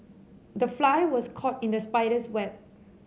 the fly was caught in the spider's web